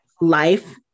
life